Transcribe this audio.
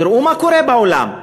תראו מה קורה בעולם,